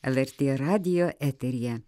lrt radijo eteryje